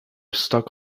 stuck